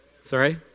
Sorry